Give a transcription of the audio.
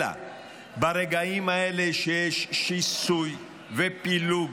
אלא ברגעים האלה, כשיש שיסוי ופילוג,